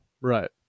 Right